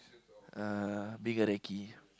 ah being a recce